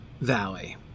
valley